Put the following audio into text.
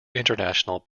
international